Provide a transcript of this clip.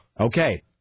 Okay